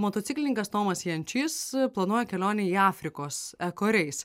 motociklininkas tomas jančys planuoja kelionę į afrikos eko reis